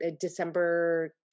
December